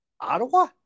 Ottawa